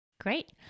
great